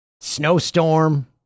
Snowstorm